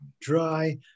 dry